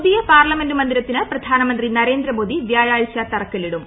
പുതിയ പാർലമെന്റ് മന്ദിരത്തിന് പ്രധ്നാനമന്ത്രി നരേന്ദ്രമോദി വ്യാഴാഴ്ച തറക്കല്ലിടും